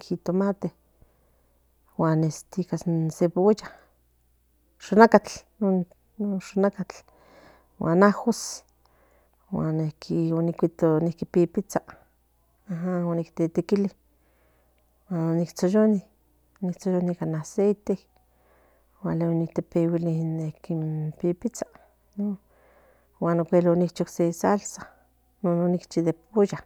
jitomate guan nica in sebolla yonacatl non yonacatl guan ajos guan non cuitotl sequi pipitsa mo. tetekili guan nen tsoyoni nica nin aseite guan tetepili in. pipitsa guan acuel nintchi se salsa non nochi de pulla